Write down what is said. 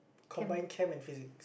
combined Chem and Physics